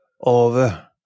over